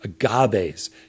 agaves